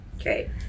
Okay